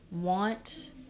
want